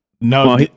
No